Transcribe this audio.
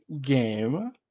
game